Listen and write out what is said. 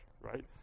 Right